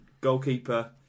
goalkeeper